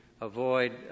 avoid